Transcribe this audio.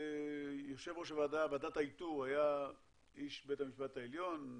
יושב ראש ועדת האיתור היה איש בית המשפט העליון,